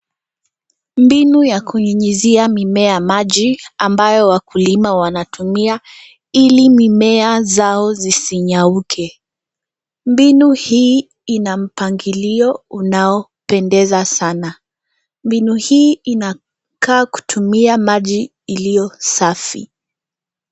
Mbinu ya kunyunyizia mimea maji, ambayo wakulima wanatumia ili mimea zao zisinyauke. Mbinu hii ina mpangilio unaopendeza sana. Mbinu hii inakaa kutumia maji iliyo safi.